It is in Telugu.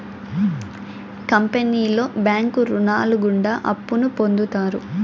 కంపెనీలో బ్యాంకు రుణాలు గుండా అప్పును పొందుతారు